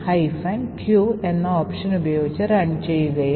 GDB q എന്ന option ഉപയോഗിച്ച് run ചെയ്യുകയും